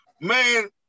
Man